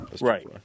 Right